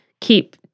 keep